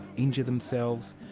injure themselves,